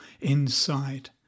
inside